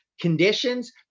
Conditions